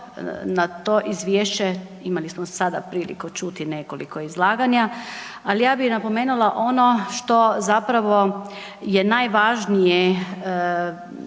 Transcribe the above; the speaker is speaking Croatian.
na to Izvješće imali smo sada priliku čuti nekoliko izlaganja, ali ja bi napomenula ono što zapravo je najvažnije